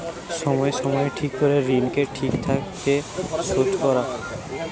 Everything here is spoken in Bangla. সময় সময় ঠিক করে ঋণকে ঠিক থাকে শোধ করা